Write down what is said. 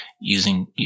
using